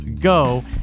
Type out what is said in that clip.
go